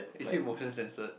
is it motion sensored